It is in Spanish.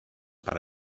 para